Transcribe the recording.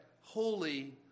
holy